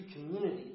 community